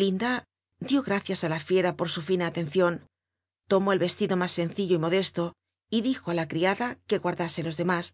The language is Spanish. lindct dió gracias ft la fiera por su fina alcncion lomó el vestido más sencillo y modesto y dijo á la criada que guarda c los demás